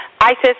ISIS